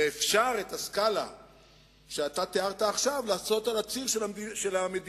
ואפשר את הסקאלה שאתה תיארת עכשיו לעשות על הציר של המדיניות